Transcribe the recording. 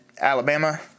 alabama